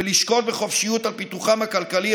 ולשקוד בחופשיות על פיתוחם הכלכלי,